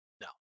No